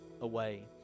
away